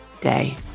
day